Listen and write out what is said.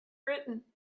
britain